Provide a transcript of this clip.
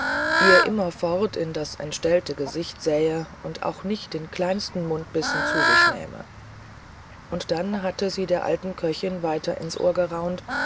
ihr immerfort in das entstellte gesicht sähe und auch nicht den kleinsten mundbissen zu sich nähme und dann hatte sie der alten köchin weiter ins ohr geraunt